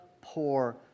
poor